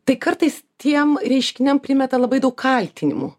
tai kartais tiem reiškiniam primeta labai daug kaltinimų